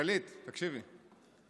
גלית, תקשיבי: